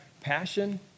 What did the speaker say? passion